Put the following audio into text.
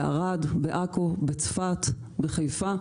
בערד, בעכו, בצפת, בחיפה.